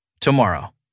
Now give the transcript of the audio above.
tomorrow